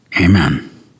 Amen